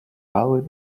abogado